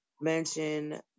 mention